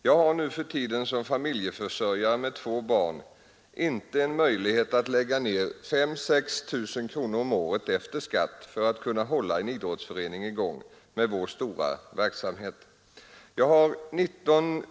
Jag har nuförtiden som familjeförsörjare med två barn inte en möjlighet att lägga ned 5 000— 6 000 kronor om året efter skatt för att kunna hålla en idrottsförening i gång med vår stora verksamhet.